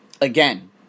again